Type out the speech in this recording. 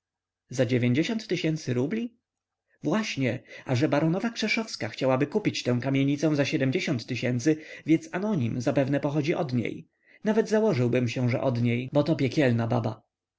za dziewięćdziesiąt tysięcy rubli właśnie a że baronowa krzeszowska chciałaby kupić tę kamienicę za tysięcy więc anonim zapewne pochodzi od niej nawet założyłbym się że od niej bo to piekielna baba